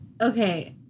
Okay